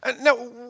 Now